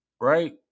right